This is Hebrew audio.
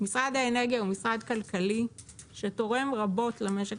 משרד האנרגיה הוא משרד כלכלי שתורם רבות למשק